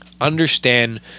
understand